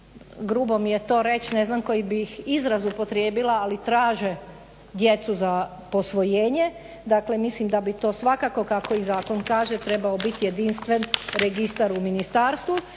grubo mi je to reći ne znam koji bi izraz upotrijebila, ali traže djecu za posvojenje. Dakle mislim da bi to svakako kako i zakon kaže trebao biti jedinstven registar u ministarstvu,